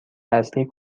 اصلی